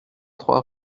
trois